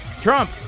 Trump